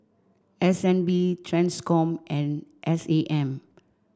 S N B TRANSCOM and S A M